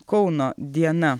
kauno diena